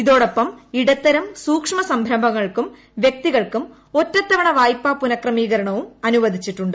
ഇതോടൊപ്പം ഇടത്തരം സൂക്ഷ്മ സംരംഭങ്ങൾക്കും വ്യക്തികൾക്കും ഒറ്റത്തവണ വായ്പ്പാ പുനഃക്രമീകരണവും അനുവദിച്ചിട്ടുണ്ട്